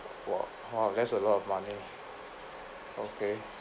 !wah! ha that's a lot of money okay